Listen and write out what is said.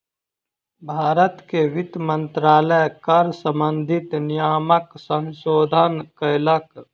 भारत के वित्त मंत्रालय कर सम्बंधित नियमक संशोधन केलक